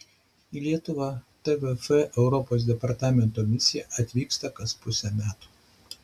į lietuvą tvf europos departamento misija atvyksta kas pusę metų